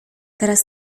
teraz